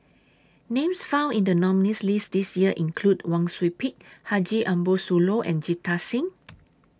Names found in The nominees' list This Year include Wang Sui Pick Haji Ambo Sooloh and Jita Singh